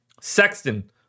Sexton